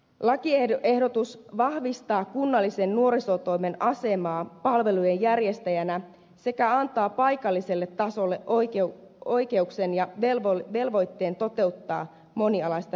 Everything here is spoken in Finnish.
lakiehdotus vahvistaa kunnallisen nuorisotoimen asemaa palvelujen järjestäjänä sekä antaa paikalliselle tasolle oikeuden ja velvoitteen toteuttaa monialaista viranomaistyötä